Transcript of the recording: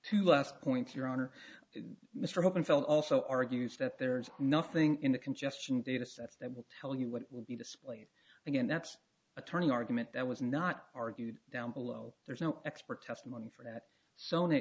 to last point your honor mr bowman felt also argues that there's nothing in the congestion data sets that will tell you what will be displayed again that's attorney argument that was not argued down below there's no expert testimony for that sony